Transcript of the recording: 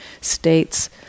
states